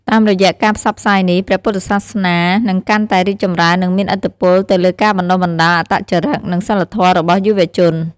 តាមរយៈការផ្សព្វផ្សាយនេះ ព្រះពុទ្ធសាសនានឹងកាន់តែរីកចម្រើន និងមានឥទ្ធិពលទៅលើការបណ្តុះបណ្តាលអត្តចរិត និងសីលធម៌របស់យុវជន។